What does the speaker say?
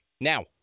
Now